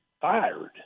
fired